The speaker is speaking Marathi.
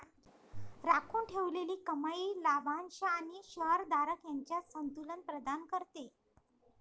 राखून ठेवलेली कमाई लाभांश आणि शेअर धारक यांच्यात संतुलन प्रदान करते